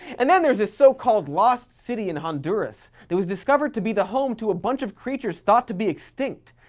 and then there's this so-called lost city in honduras that was discovered to be the home to a bunch of creatures thought to be extinct.